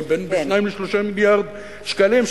בין 2 ל-3 מיליארד שקלים,